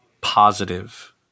positive